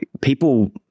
People